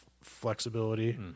flexibility